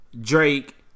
Drake